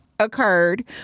occurred